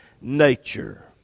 nature